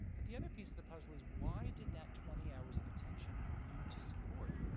but the other piece of the puzzle is why did that twenty hours of attention lead to support?